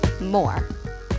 more